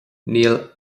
níl